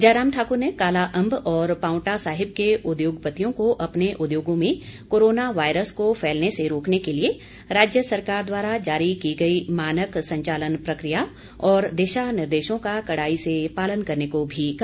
जयराम ठाकुर ने कालाअंब और पांवटा साहिब के उद्योगपतियों को अपने उद्योगों में कोरोना वायरस को फैलने से रोकने के लिए राज्य सरकार द्वारा जारी की गई मानक संचालन प्रक्रिया और दिशानिर्देशों का कड़ाई से पालन करने को भी कहा